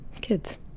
kids